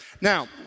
Now